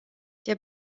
der